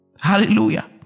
hallelujah